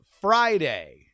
Friday